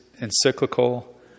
encyclical